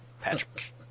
Patrick